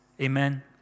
Amen